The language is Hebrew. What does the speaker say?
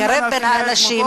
לקרב בין האנשים,